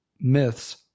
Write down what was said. myths